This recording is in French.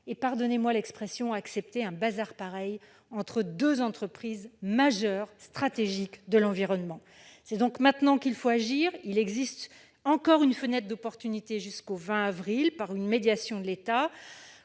à ses effets et accepter un bazar pareil entre deux entreprises majeures stratégiques de l'environnement. C'est donc maintenant qu'il faut agir. Il existe encore une fenêtre d'opportunité jusqu'au 20 avril prochain, qui permet une médiation de l'État.